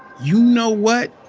you know what?